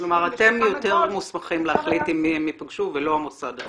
--- כלומר אתם יותר מוסמכים להחליט עם מי הם ייפגשו ולא המוסד.